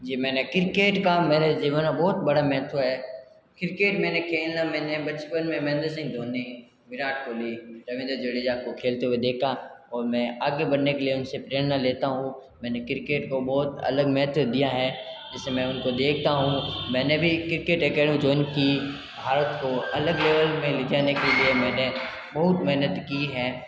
जी मैं क्रिकेट का मेरे जीवन में बहुत बड़ा महत्व है क्रिकेट मैंने खेलना मैंने बचपन मैं महेंद्र सिंह धोनी विराट कोहली रविंद्र जडेजा को खेलते हुए देखा और मैं आगे बढ़ने के लिए उन से प्रेरणा लेता हूँ मैंने क्रिकेट को बहुत अलग महत्व दिया है जैसे मैं उनको देखता हूँ मैंने भी क्रिकेट एकेडमी ज्वाइन की भारत को अलग लेवल में ले जाने के लिए मैंने बहुत मेहनत की है